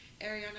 Ariana